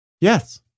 Yes